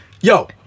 Yo